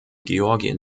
georgien